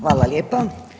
Hvala lijepo.